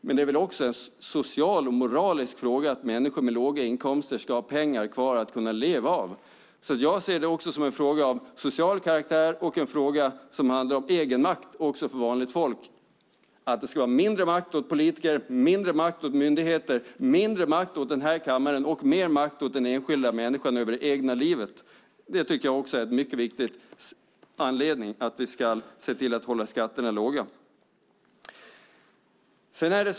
Men det är väl också en social och moralisk fråga att människor med låga inkomster ska ha pengar kvar att leva av. Jag ser det också som en fråga av social karaktär och en fråga som handlar om egenmakt för vanligt folk. Det ska vara mindre makt åt politiker, mindre makt åt myndigheter, mindre makt åt den här kammaren och mer makt åt den enskilda människan över det egna livet. Det tycker jag är en mycket viktig anledning till att vi ska se till att hålla skatterna låga.